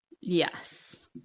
Yes